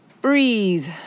Breathe